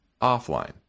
offline